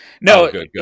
No